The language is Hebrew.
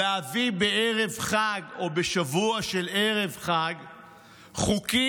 להביא בערב חג או בשבוע של ערב חג חוקים,